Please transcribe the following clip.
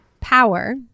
power